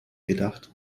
gedacht